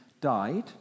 died